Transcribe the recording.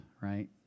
right